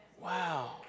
Wow